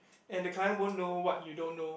and the client won't know what you don't know